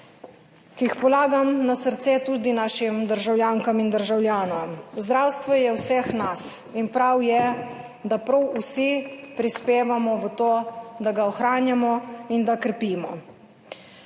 ki ju polagam na srce tudi našim državljankam in državljanom. Zdravstvo je od vseh nas in prav je, da prav vsi prispevamo v to, da ga ohranjamo in krepimo.